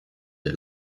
der